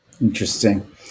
Interesting